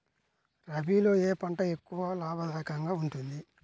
రబీలో ఏ పంట ఎక్కువ లాభదాయకంగా ఉంటుంది?